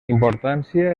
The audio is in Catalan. importància